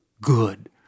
good